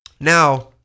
Now